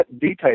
details